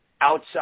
outside